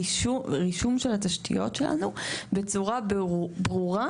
רישום של התשתיות שלנו בצורה ברורה,